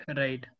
right